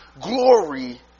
glory